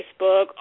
Facebook